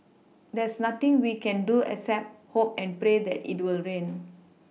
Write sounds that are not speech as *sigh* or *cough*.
there's nothing we can do except hope and pray it *unintelligible* rain